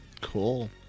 cool